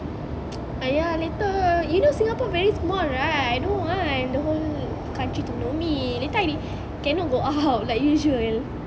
!aiya! later you know singapore very small right I don't want the whole country to know me later I cannot go out like usual